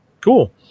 Cool